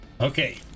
Okay